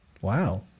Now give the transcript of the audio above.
Wow